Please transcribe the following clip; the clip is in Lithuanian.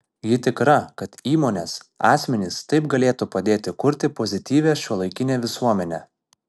ji tikra kad įmonės asmenys taip galėtų padėti kurti pozityvią šiuolaikinę visuomenę